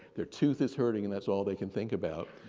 their tooth is hurting and that's all they can think about,